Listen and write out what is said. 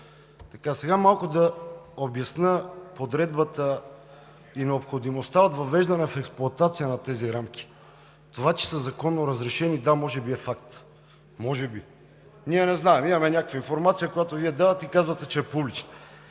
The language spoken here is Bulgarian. Сега да обясня подредбата и необходимостта от въвеждане в експлоатация на тези рамки. Това, че са законно разрешени, да, може би е факт, може би. Ние не знаем, имаме някаква информация, която Вие давате и казвате, че е публична.